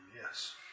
Yes